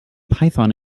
python